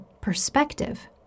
perspective